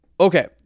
Okay